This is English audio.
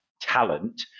talent